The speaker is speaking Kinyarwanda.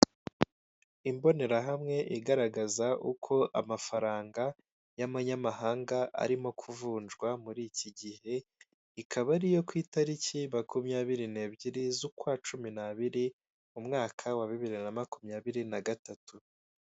Imbonerahamwe igaragaza uko amafaranga y'manyamahanga arimo kuvunjwa muri iki gihe ikaba ariyo ku itariki makumyabiri nebyiri z'ukwa cumi n'abiri mu mwaka wa bibiri na makumyabiri na gatatu.